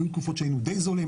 היו תקופות שהיינו די זולים,